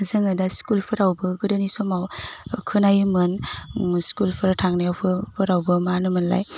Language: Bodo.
जोङो दा स्कुलफोरावबो गोदोनि समाव खोनायोमोन स्कुलफोर थांनोबो रावबो मा होनोमोनलाय